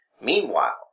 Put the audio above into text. Meanwhile